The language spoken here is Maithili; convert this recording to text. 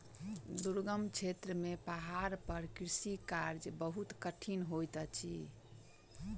दुर्गम क्षेत्र में पहाड़ पर कृषि कार्य बहुत कठिन होइत अछि